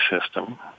system